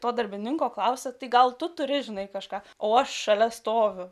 to darbininko klausia tai gal tu turi žinai kažką o šalia stovi